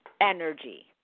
energy